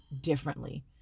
differently